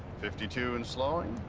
fifty-two and slowing.